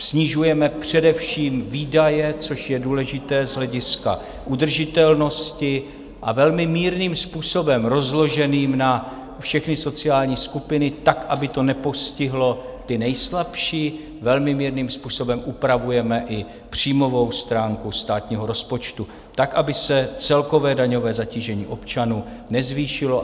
Snižujeme především výdaje, což je důležité z hlediska udržitelnosti, a velmi mírným způsobem rozloženým na všechny sociální skupiny tak, aby to nepostihlo ty nejslabší, upravujeme i příjmovou stránku státního rozpočtu tak, aby se celkové daňové zatížení občanů nezvýšilo.